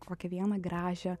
kokį vieną gražią